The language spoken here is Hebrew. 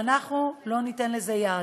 ואנחנו לא ניתן לזה יד.